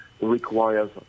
requires